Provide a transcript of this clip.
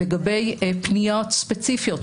לגבי פניות ספציפיות,